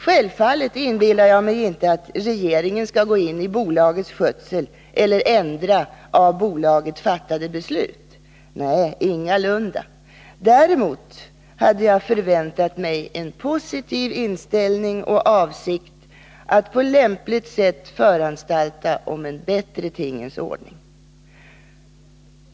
Självfallet inbillar jag mig inte att regeringen skall gå in i bolagets skötsel eller ändra av bolaget fattade beslut — ingalunda. Däremot hade jag förväntat mig en positiv inställning och avsikt när det gäller att på lämpligt sätt föranstaltå om en bättre tingens ordning.